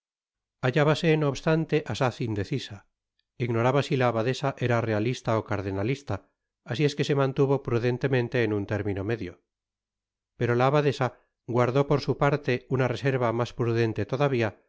hallábase no obstante asaz indecisa ignoraba si la abadesa era realista ó cardeoalista asi es que se mantuvo prudentemente en un término medio pero la abadesa guardó por su parte na reserva mas prudente todavia